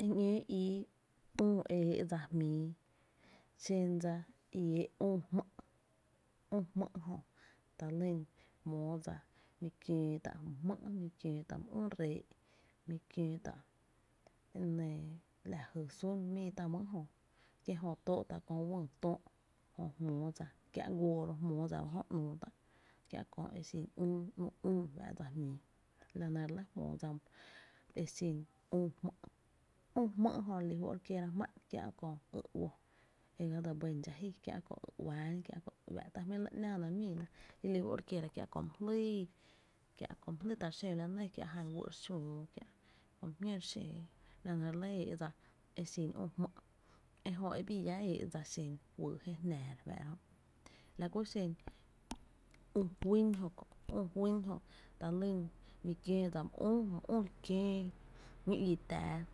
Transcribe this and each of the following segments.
Eñóo ii üü e éé’ dsa jmíi, xen dsa i éé’ üü jmý’, üü jmý’ jö ta lyn jmóoó dsa mi kiöö tá’ my jmý’ jö, mi kiöö tá’ my üü ree’, mikiöö tá’ lajy sún mii tá’ my ejö, kie’ Jö ‘nüü tá’ kö wÿÿ töö’ kiä’ guoodsa, kiä’ guoo dsa ro’ jmóó tá’ ba jö kiä’ kö e xin küü ‘nuu üú, la nɇ re lɇ jmoo dsa e xín üü jmý’üü jmý’ jö re lí fó’ re kiéra jmá’n kiä’ köö ý uo e ga dse bɇn dxáá’ ji, kiä’ kö ý uá’n, o kö ý uⱥⱥ’ ta jmí’ re lɇ ‘náána míina, re li fó’ re kiera kiä’ kö my jlíi, kiä’ kö my jl´yuy ra lyn re xöö la nɇ o jan wyy’ re xüü, kö my jñóo re xóö, la nɇ re lɇ éé’ dsa e xin üü jmý’, ejö e bii llá éé’ dsa i xen juyy jé jnⱥⱥ, re fáá’ra jö, la ku xén üü juyn jö, e jö ta lyn mi kiöö dsa my üü re kiöö, ñí’ i tⱥⱥ,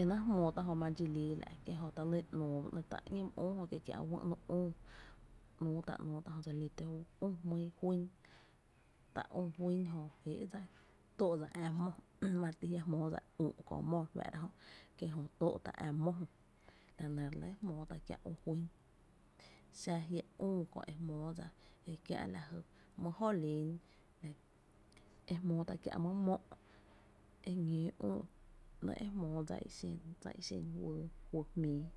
e náá’ jmóo tá’ jö ma re dxi lii la’ kie’ jö ta lyn ‘nüü ba ‘nɇ’ tá’ ‘ñee my üü jö, ‘nüü tá’, nüü tá’ jö dse lí tǿ juy, jö dse lí üü juýn, üü juyn jö eé´dsa tóó’ dsa ä’ mó ma re ti jia’ jmoó dsa üü’ köö mó re fáá’ra jö kie’ jö tóo’ tá’ á’ mó jö, xa jia’ üü kö’ e jmóo dsa kiä’ my jolin, ejmóó dsa kiä’ my mó’ eñoo re lɇ e jmóo dsa i xen juyy la.